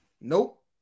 Nope